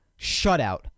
shutout